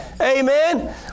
Amen